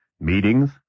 Meetings